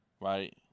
right